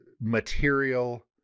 material